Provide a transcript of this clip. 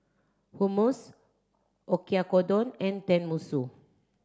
Hummus Oyakodon and Tenmusu